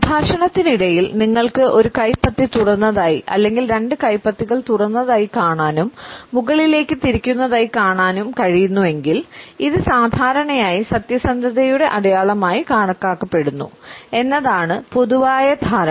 സംഭാഷണത്തിനിടയിൽ നിങ്ങൾക്ക് ഒരു കൈപ്പത്തി തുറന്നതായി അല്ലെങ്കിൽ രണ്ട് കൈപ്പത്തികൾ തുറന്നതായി കാണാനും മുകളിലേക്ക് തിരിക്കുന്നതായി കാണാൻ കഴിയുന്നുവെങ്കിൽ ഇത് സാധാരണയായി സത്യസന്ധതയുടെ അടയാളമായി കണക്കാക്കപ്പെടുന്നു എന്നതാണ് പൊതുവായ ധാരണ